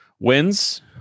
Wins